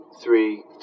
three